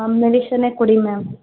ಮೆಡಿಷನ್ನೆ ಕೊಡಿ ಮ್ಯಾಮ್